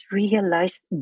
realized